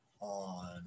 on